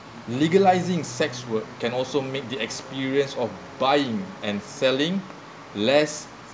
legalizing sex work can also make the experience of buying and selling less